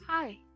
Hi